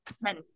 Men